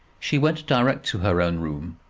she went direct to her own room,